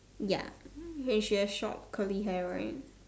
ya and she has short curly hair right